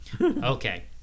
Okay